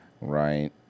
Right